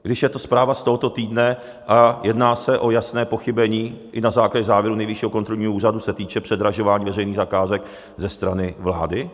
Když je to zpráva z tohoto týdne a jedná se o jasné pochybení i na základě závěru Nejvyššího kontrolního úřadu, se týče předražování veřejných zakázek ze strany vlády?